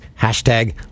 hashtag